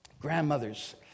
grandmothers